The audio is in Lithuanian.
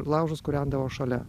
laužus kūrendavo šalia